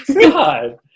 God